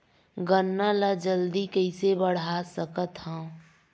गन्ना ल जल्दी कइसे बढ़ा सकत हव?